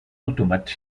automate